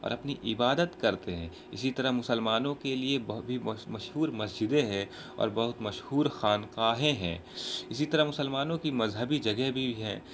اور اپنی عبادت کرتے ہیں اسی طرح مسلمانوں کے لیے بھی مشہور مسجدیں ہیں اور بہت مشہور خانقاہیں ہیں اسی طرح مسلمانوں کی مذہبی جگہ بھی ہیں